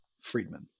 Friedman